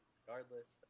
regardless